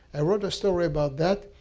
i wrote a story about that.